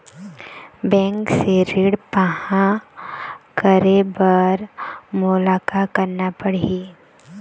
Bank से ऋण पाहां करे बर मोला का करना पड़ही?